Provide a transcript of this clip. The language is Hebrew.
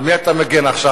אני, על מי אתה מגן עכשיו?